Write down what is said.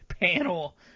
panel